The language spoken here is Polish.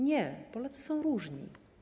Nie, Polacy są różni.